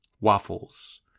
Waffles